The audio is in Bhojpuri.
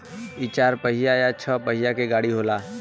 इ चार पहिया या छह पहिया के गाड़ी होला